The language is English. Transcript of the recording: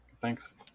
thanks